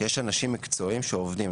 יש אנשים מקצועיים שעובדים,